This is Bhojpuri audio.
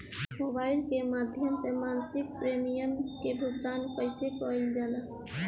मोबाइल के माध्यम से मासिक प्रीमियम के भुगतान कैसे कइल जाला?